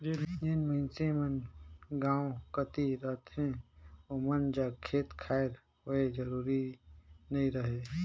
जेन मइनसे मन गाँव कती रहथें ओमन जग खेत खाएर होए जरूरी नी रहें